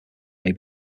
may